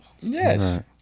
Yes